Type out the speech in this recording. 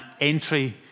entry